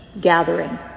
gathering